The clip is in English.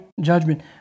judgment